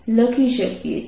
હવે આપણે k નું પરિમાણ લખી શકીએ